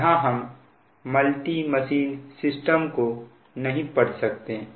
यहां हम multi machine system को नहीं पढ़ सकते हैं